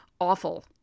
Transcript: Awful